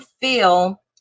feel